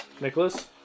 Nicholas